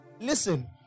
Listen